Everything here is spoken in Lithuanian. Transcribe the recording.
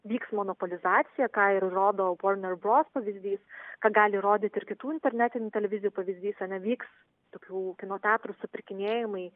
vyks monopolizacija ką ir rodo vorner bros pavyzdys ką gali rodyti ir kitų internetinių televizijų pavyzdys ar ne vyks tokių kino teatrų supirkinėjimai